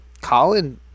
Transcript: Colin